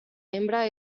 hembra